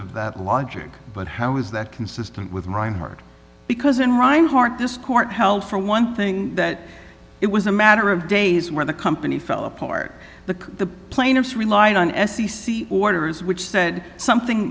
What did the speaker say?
of that logic but how is that consistent with rinehart because in rinehart this court held for one thing that it was a matter of days where the company fell apart the plaintiffs relied on s c c orders which said something